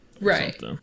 Right